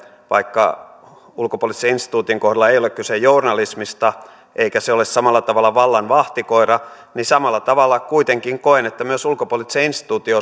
vaikka ulkopoliittisen instituutin kohdalla ei ole kyse journalismista eikä se ole samalla tavalla vallan vahtikoira niin samalla tavalla kuitenkin koen että myös ulkopoliittisen instituutin